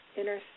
inner